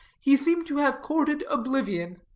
he seemed to have courted oblivion,